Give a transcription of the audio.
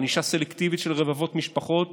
בענישה סלקטיבית של רבבות משפחות,